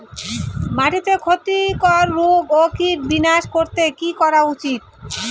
মাটিতে ক্ষতি কর রোগ ও কীট বিনাশ করতে কি করা উচিৎ?